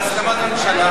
בהסכמת הממשלה,